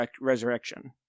Resurrection